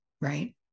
right